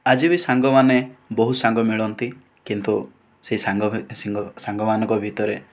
ଆଜି ବି ସାଙ୍ଗମାନେ ବହୁତ ସାଙ୍ଗ ମିଳନ୍ତି କିନ୍ତୁ ସେ ସାଙ୍ଗ ସାଙ୍ଗମାନଙ୍କ ଭିତରେ